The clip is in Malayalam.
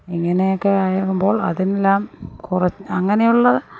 ഇങ്ങനെയാക്കെ ആകുമ്പോൾ അതിനെല്ലാം കുറ അങ്ങനെയുള്ള